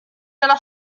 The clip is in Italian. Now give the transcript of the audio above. della